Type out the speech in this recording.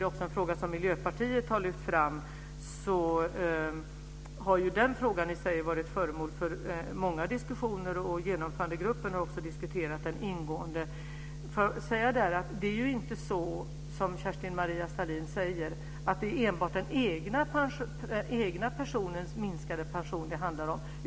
Den frågan har varit föremål för många diskussioner, och Genomförandegruppen har också diskuterat den ingående. Det är inte som Kerstin-Maria Stalin säger att det är enbart den egna personens minskade pension det handlar om.